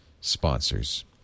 sponsors